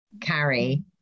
carry